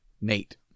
Nate